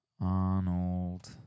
Arnold